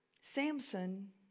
Samson